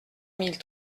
mille